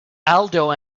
aldo